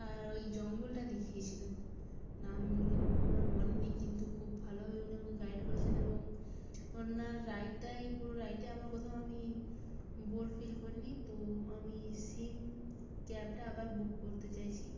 আর ওই জঙ্গলটা দেখিয়েছিলেন নামগুলো পুরো আমার মনে নেই কিন্তু খুব ভালোভাবে উনি আমাকে গাইড করেছেন এবং ওন্নার রাইডটাই পুরো রাইডটাই আমার কোথাও আমি বোর ফিল করি নি তো আমি সেম ক্যাবটা আবার বুক করতে চাইছি